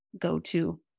go-to